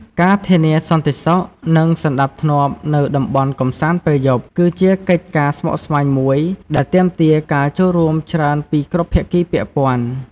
ការធានាសន្តិសុខ និងសណ្តាប់ធ្នាប់នៅតំបន់កម្សាន្តពេលយប់ គឺជាកិច្ចការស្មុគស្មាញមួយដែលទាមទារការចូលរួមច្រើនពីគ្រប់ភាគីពាក់ព័ន្ធ។